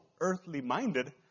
earthly-minded